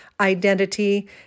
identity